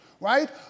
right